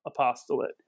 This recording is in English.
apostolate